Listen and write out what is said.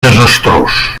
desastrós